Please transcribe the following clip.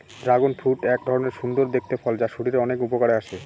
dragon fruit এক ধরনের সুন্দর দেখতে ফল যা শরীরের অনেক উপকারে আসে